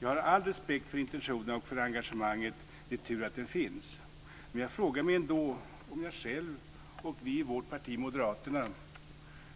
Jag har all respekt för intentionerna och engagemanget. Det är tur de finns. Men jag frågar mig ändå om jag själv och vi i vårt parti, Moderaterna,